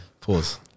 Pause